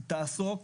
היא תעסוק